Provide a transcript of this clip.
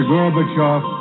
Gorbachev